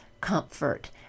comfort